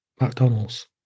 McDonald's